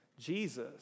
Jesus